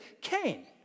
Cain